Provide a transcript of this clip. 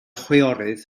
chwiorydd